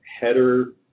header